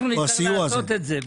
אנחנו נצטרך לעשות את זה.